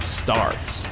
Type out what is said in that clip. starts